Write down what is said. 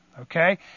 Okay